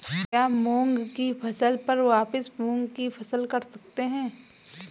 क्या मूंग की फसल पर वापिस मूंग की फसल कर सकते हैं?